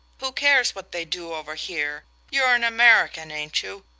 who cares what they do over here? you're an american, ain't you?